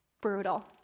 brutal